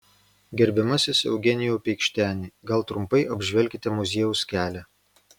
gerbiamasis eugenijau peikšteni gal trumpai apžvelkite muziejaus kelią